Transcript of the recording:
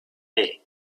day